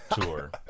tour